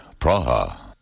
Praha